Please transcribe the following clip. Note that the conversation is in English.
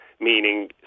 meaning